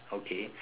okay